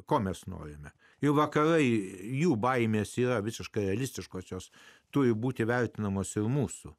ko mes norime ir vakarai jų baimės yra visiškai realistiškos jos turi būti vertinamos ir mūsų